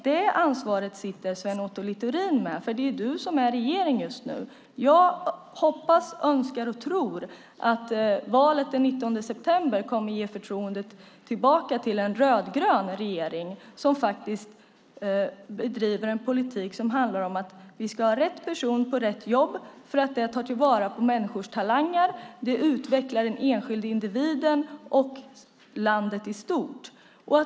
Det ansvaret sitter Sven Otto Littorin med. Det är du är i regeringen just nu. Jag hoppas, önskar och tror att valet den 19 september kommer att ge förtroendet tillbaka till en rödgrön regering som bedriver en politik som handlar om att vi ska ha rätt person på rätt jobb. Det tar till vara människors talanger och utvecklar den enskilde individen och landet i stort.